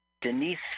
Denise